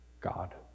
God